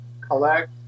collect